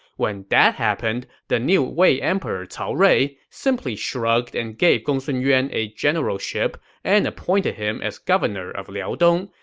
when that happened, the new wei emperor, cao rui, simply shrugged and gave gongsun yuan a generalship and appointed him as governor of liaodong,